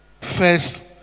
first